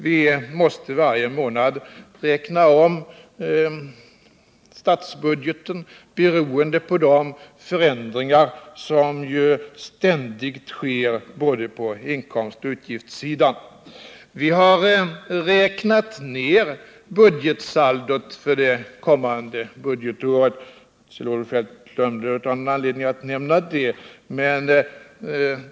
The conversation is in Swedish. Vi måste varje månad räkna om statsbudgeten, beroende på de förändringar som ju ständigt sker på både inkomstoch utgiftssidan. Vi har räknat ner budgetsaldot för det innevarande budgetåret. Kjell-Olof Feldt glömde av någon anledning att nämna det.